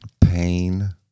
pain